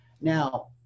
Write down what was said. Now